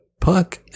puck